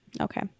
Okay